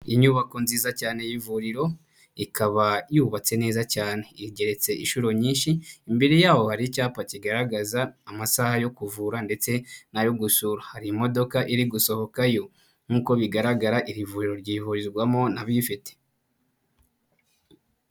Inyubako nziza cyane y'ivuriro, ikaba yubatse neza cyane, igeretse inshuro nyinshi, imbere yaho hari icyapa kigaragaza amasaha yo kuvura ndetse n'ayo gusura, hari imodoka iri gusohokayo nk'uko bigaragara iri vuriro ryivurizwamo n'abifite.